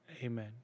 Amen